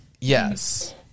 yes